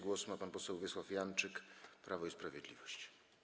Głos ma pan poseł Wiesław Janczyk, Prawo i Sprawiedliwość.